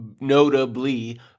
notably